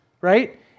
right